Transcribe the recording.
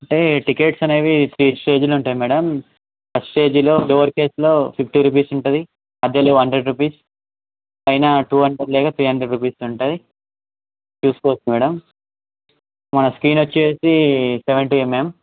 అంటే టికెట్స్ అనేవి త్రీ స్టేజిలో ఉంటాయి మేడమ్ ఫస్ట్ స్టేజిలో లోయర్ క్లాసులో ఫిఫ్టీ రూపీస్ ఉంటుంది మధ్యలో హండ్రెడ్ రూపీస్ పైన టూ హండ్రెడ్ లేదా త్రీ హండ్రెడ్ రూపీస్ ఉంటాయి చూసుకోవచ్చు మేడమ్ మన స్క్రీన్ వచ్చి సెవెంటీ ఎమ్ఎమ్